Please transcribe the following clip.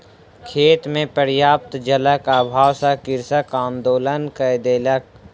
खेत मे पर्याप्त जलक अभाव सॅ कृषक आंदोलन कय देलक